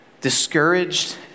discouraged